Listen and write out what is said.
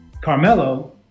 Carmelo